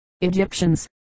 Egyptians